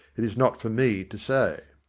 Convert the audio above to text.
it is not for me to say.